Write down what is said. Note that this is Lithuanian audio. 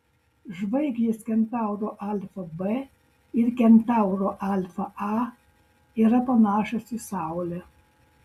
žvaigždės kentauro alfa b ir kentauro alfa a yra panašios į saulę